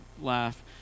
laugh